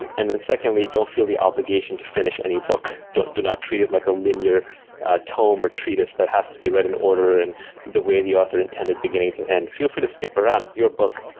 and and then secondly, don't feel the obligation to finish any book. don't don't ah treat it like a linear tome or treatise that has to be read in order and the way the author intended beginning to end. feel free to skip around it's your book.